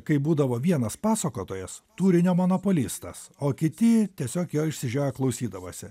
kaip būdavo vienas pasakotojas turinio monopolistas o kiti tiesiog jo išsižioję klausydavosi